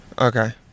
Okay